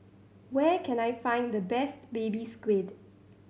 where can I find the best Baby Squid